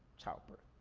childbirth.